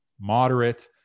moderate